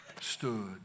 stood